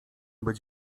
być